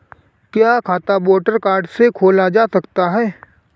क्या खाता voter card से खोला जा सकता है?